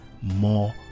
more